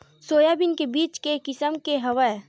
Soybean के बीज के किसम के हवय?